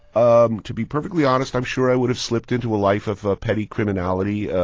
um to be perfectly honest, i'm sure i would have slipped into a life of ah petty criminality,